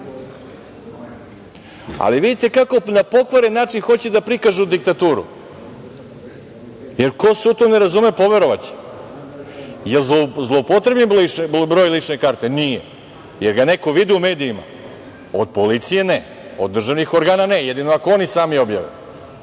Ali vidite kako na pokvaren način hoće da prikažu diktaturu, jer ko se u to ne razume poverovaće. Je l' zloupotrebljen broj lične karte? Nije. Je l' ga neko video u medijima? Od policije ne, od državnih organa ne, jedino ako oni sami objave,